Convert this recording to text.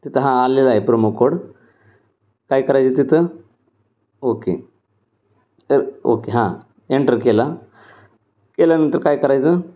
तिथं हां आलेला आहे प्रोमो कोड काय करायचं तिथं ओके ओके हां एंटर केला केल्यानंतर काय करायचं